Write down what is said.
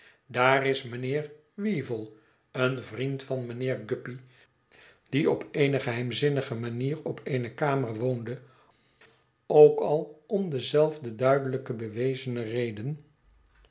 daar is mijnheer weevle een vriend van mijnheer guppy die op eene geheimzinnige manier op eene kamer woonde ook al om dezelfde duidelijk bewezene reden